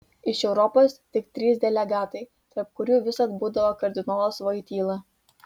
iš europos tik trys delegatai tarp kurių visad būdavo kardinolas voityla